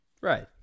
Right